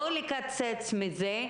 ולא לקצץ מזה,